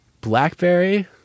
BlackBerry